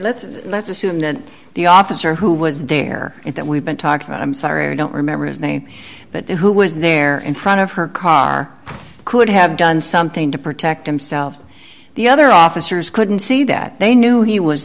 let let's assume that the officer who was there and that we've been talking about i'm sorry don't remember his name but who was there in front of her car could have done something to protect themselves the other officers couldn't see that they knew he was